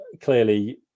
clearly